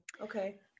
Okay